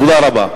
תודה רבה.